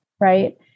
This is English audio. right